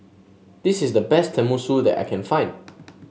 this is the best Tenmusu that I can find